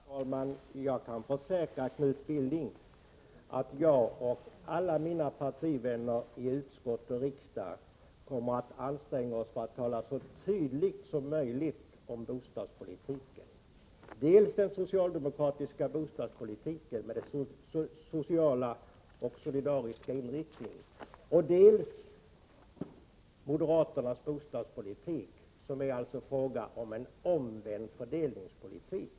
Herr talman! Jag kan försäkra Knut Billing att vi — jag och alla mina partivänner i utskott och kammare — kommer att anstränga oss för att tala så tydligt som möjligt om bostadspolitiken; dels om den socialdemokratiska bostadspolitiken med dess sociala och solidariska inriktning, dels om moderaternas bostadspolitik, där det är fråga om en omvänd fördelningspolitik.